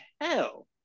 hell